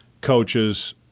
coaches